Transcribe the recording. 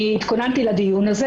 אני התכוננתי לדיון הזה,